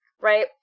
right